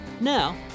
Now